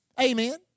Amen